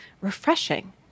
refreshing